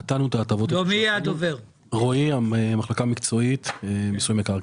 נתנו שתי החלטות מיסוי,